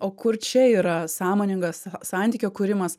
o kur čia yra sąmoningas santykio kūrimas